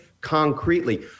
concretely